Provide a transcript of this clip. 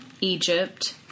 Egypt